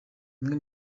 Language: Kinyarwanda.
bimwe